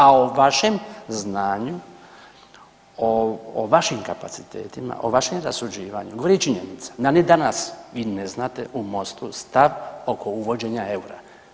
A o vašem znanju, o vašim kapacitetima, o vašem rasuđivanju govori činjenica da ni danas vi ne znate u Mostu stav oko uvođenja eura.